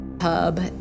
hub